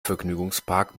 vergnügungspark